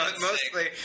mostly